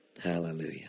Hallelujah